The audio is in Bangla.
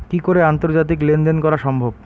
কি করে আন্তর্জাতিক লেনদেন করা সম্ভব?